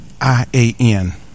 I-A-N